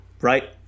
right